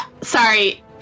Sorry